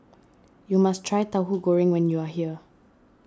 you must try Tauhu Goreng when you are here